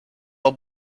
i’ll